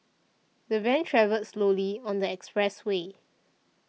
the van travelled slowly on the expressway